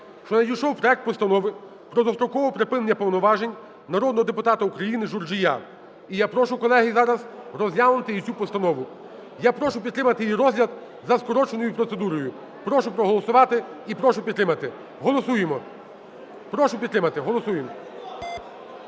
що надійшов проект Постанови про дострокове припинення повноважень народного депутата України Журжія. І я прошу, колеги, зараз розглянути і цю постанову. Я прошу підтримати її розгляд за скороченою процедурою. Прошу проголосувати і прошу підтримати. Голосуємо. Прошу підтримати. Голосуємо.